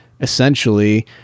essentially